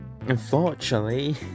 unfortunately